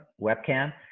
webcam